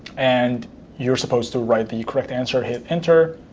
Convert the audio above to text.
and you're supposed to write the correct answer, hit enter,